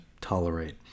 tolerate